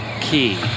key